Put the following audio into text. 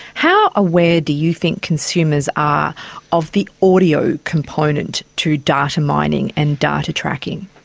how aware do you think consumers are of the audio component to data mining and data tracking?